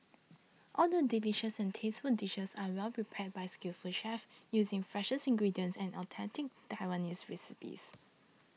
all the delicious and tasteful dishes are well prepared by its skillful chefs using freshest ingredients and authentic Taiwanese recipes